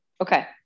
okay